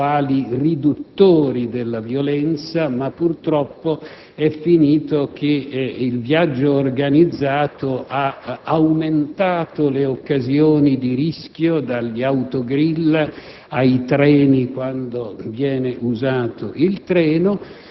non hanno funzionato come ci si aspettava quali riduttori della violenza. Al contrario, il viaggio organizzato ha aumentato, purtroppo, le occasioni di rischio negli autogrill